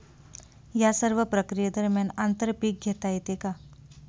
या सर्व प्रक्रिये दरम्यान आंतर पीक घेता येते का?